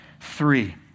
three